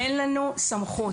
אין לנו סמכות.